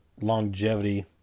longevity